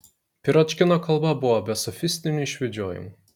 piročkino kalba buvo be sofistinių išvedžiojimų